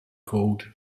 called